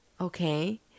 okay